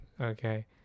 okay